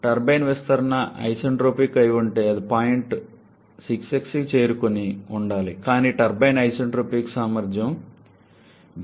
turbine విస్తరణ isentropic అయి ఉంటే అది పాయింట్ 6sకి చేరుకుని ఉండాలి కానీ టర్బైన్ ఐసెంట్రోపిక్ సామర్థ్యం 0